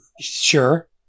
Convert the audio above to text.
sure